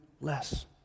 less